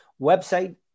website